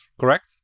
Correct